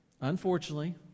unfortunately